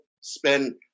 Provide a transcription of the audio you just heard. spend